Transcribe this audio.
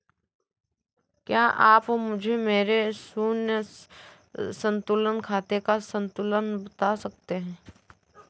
क्या आप मुझे मेरे शून्य संतुलन खाते का संतुलन बता सकते हैं?